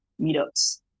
meetups